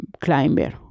climber